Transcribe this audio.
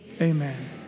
amen